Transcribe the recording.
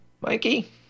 Mikey